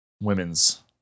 women's